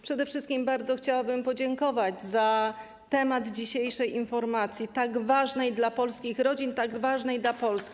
Przede wszystkim bardzo chciałabym podziękować za temat dzisiejszej informacji, tak ważny dla polskich rodzin i dla Polski.